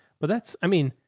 but that's, i mean,